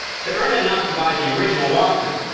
to earn enough to buy the original walkman,